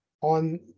on